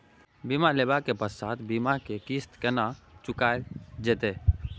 बीमा लेबा के पश्चात बीमा के किस्त केना चुकायल जेतै?